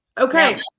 Okay